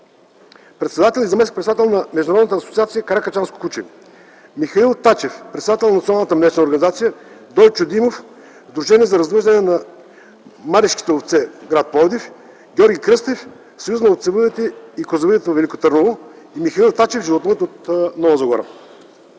председател и заместник-председател на Международната асоциация “Каракачанско куче”, Михаил Тачев – председател на Националната млечна асоциация, Дойчо Димов – Сдружение за развъждане на маришките овце – Пловдив, Георги Кръстев – Съюз на овцевъдите и козевъдите – Велико Търново, и Михаил Тачев – животновъд от Нова Загора.